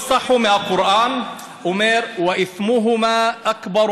הנוסח מהקוראן אומר: (אומר בערבית: בשניהם טמון אשָם